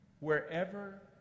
Wherever